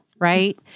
right